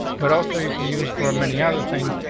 but also you can use for many other things,